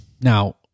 Now